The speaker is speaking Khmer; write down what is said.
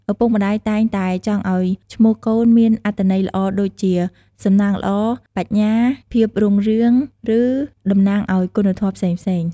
ឪពុកម្តាយតែងតែចង់ឲ្យឈ្មោះកូនមានអត្ថន័យល្អដូចជា សំណាងល្អ បញ្ញា ភាពរុងរឿង ឬ តំណាងឲ្យគុណធម៌ផ្សេងៗ។